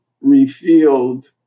revealed